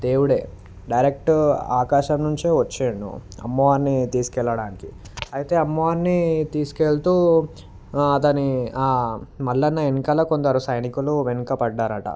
దేవుడే డైరెక్ట్ ఆకాశం నుంచే వచ్చేండు అమ్మవారిని తీసుకెళ్ళడానికి అయితే అమ్మవారిని తీసుకెళ్తూ అతని మల్లన్న వెనుక కొందరు సైనికులు వెనుక పడ్డారట